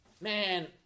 Man